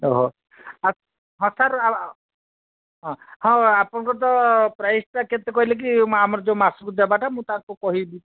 ଓଃ ଆଉ ହଁ ସାର୍ ହଁ ହଁ ଆପଣଙ୍କର ତ ପ୍ରାଇସ୍ଟା କେତେ କହିଲେ କି ଆମର ଯୋଉ ମାସକୁ ଦବାଟା ମୁଁ ତାଙ୍କୁ କହିବି